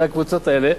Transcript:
אלה הקבוצות האלה,